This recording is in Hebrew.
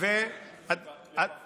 מזכיר הכנסת.